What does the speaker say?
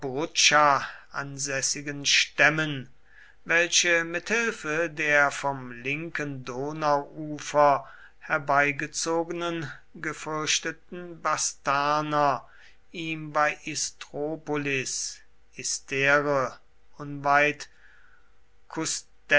ansässigen stämmen welche mit hilfe der vom linken donauufer herbeigezogenen gefürchteten bastarner ihm bei istropolis